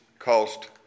cost